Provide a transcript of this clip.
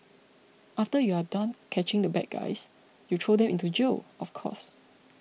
after you are done catching the bad guys you throw them into jail of course